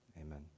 Amen